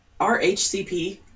RHCP